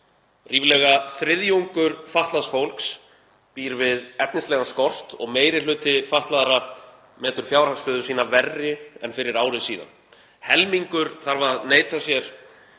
Ríflega þriðjungur fatlaðs fólks býr við efnislegan skort og meiri hluti fatlaðra metur fjárhagsstöðu sína verri en fyrir ári síðan. Helmingur þarf að neita sér